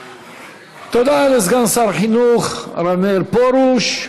תודה לסגן שר החינוך הרב מאיר פרוש.